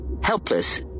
Helpless